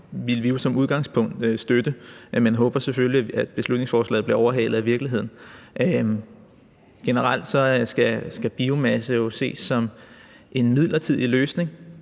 vil vi jo som udgangspunkt støtte, men vi håber selvfølgelig, at beslutningsforslaget bliver overhalet af virkeligheden. Generelt skal biomasse jo ses som en midlertidig løsning,